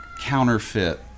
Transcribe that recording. counterfeit